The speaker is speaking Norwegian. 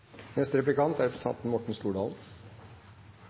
Neste taler er representanten